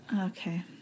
Okay